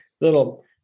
little